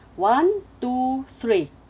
one two three